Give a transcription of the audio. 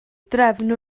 drefn